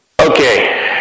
Okay